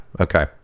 okay